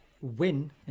win